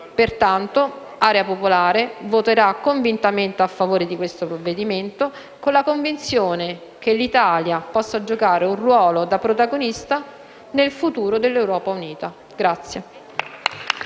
Pertanto, Area Popolare voterà convintamente a favore di questo provvedimento con la convinzione che l'Italia possa giocare un ruolo da protagonista nel futuro dell'Europa unita.